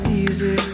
easy